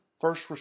first